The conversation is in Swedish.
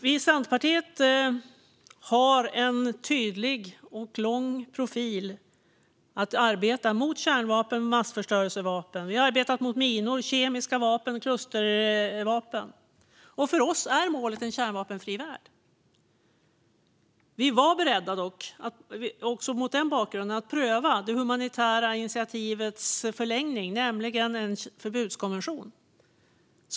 Vi i Centerpartiet har sedan länge en tydlig profil att arbeta mot kärnvapen och massförstörelsevapen. Vi har arbetat mot minor, kemiska vapen och klustervapen. För oss är målet en kärnvapenfri värld. Vi var dock beredda - också mot den bakgrunden - att pröva det humanitära initiativets förlängning, nämligen en förbudskonvention.